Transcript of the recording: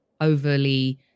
overly